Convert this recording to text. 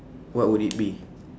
what would it be